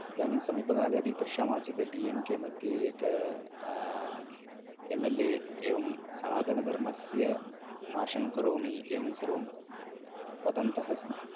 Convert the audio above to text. इदानीं समीपकाले अपि पश्यामः चेत् डि एं केमध्ये एकः एम् एल् ए एवं सनातनधर्मस्य नाशं करोमि एवं सर्वं वदन्तः सन्ति